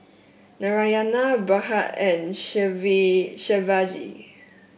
Narayana Bhagat and Shivaji